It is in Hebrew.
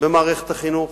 במערכת החינוך.